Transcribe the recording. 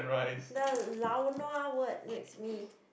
the lao nua word makes me